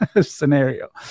scenario